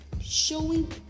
showing